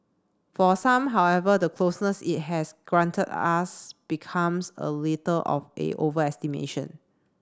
for some however the closeness it has granted us becomes a little of a overestimation